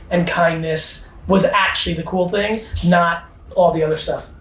and kindness was actually the cool thing, not all the other stuff.